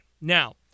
Now